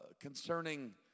concerning